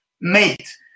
Mate